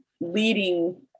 leading